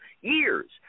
Years